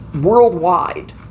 worldwide